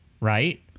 right